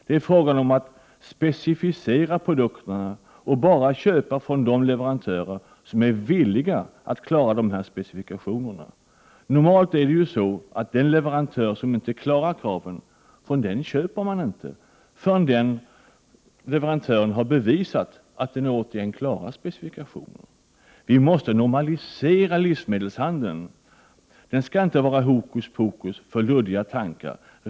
Det är fråga om att specificera produkterna och bara köpa från de leverantörer som är villiga att klara dessa specifikationer. Normalt köper man inte från den leverantör som inte klarar kraven förrän den leverantören har bevisat att den återigen klarar specifikationerna. Vi måste normalisera livsmedelshandeln. Den skall inte vara hokus pokus för luddiga tankar.